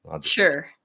Sure